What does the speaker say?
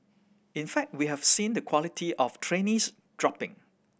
in fact we have seen the quality of trainees dropping